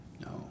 no